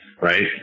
right